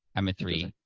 i'm a three.